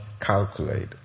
calculate